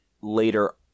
later